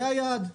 זה היעד.